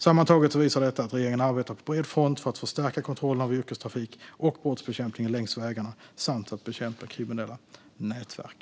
Sammantaget visar detta att regeringen arbetar på bred front för att förstärka kontrollerna av yrkestrafik och brottsbekämpningen längs vägarna samt att bekämpa kriminella nätverk.